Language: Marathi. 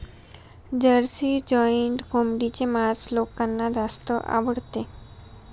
जर्सी जॉइंट कोंबडीचे मांस लोकांना जास्त आवडते